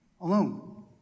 alone